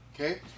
Okay